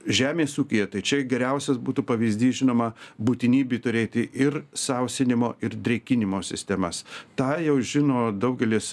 žemės ūkyje tai čia geriausias būtų pavyzdys žinoma būtinybė turėti ir sausinimo ir drėkinimo sistemas tą jau žino daugelis